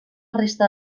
resta